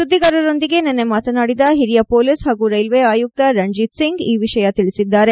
ಸುದ್ದಿಗಾರರೊಂದಿಗೆ ನಿನ್ನೆ ಮಾತನಾದಿ ಹಿರಿಯ ಪೊಲೀಸ್ ಹಾಗೂ ರೈಲ್ವೇ ಆಯುಕ್ತ ರಣಜಿತ್ ಸಿಂಗ್ ಈ ವಿಷಯ ತಿಳಿಸ್ಪಿದ್ದಾರೆ